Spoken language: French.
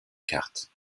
carte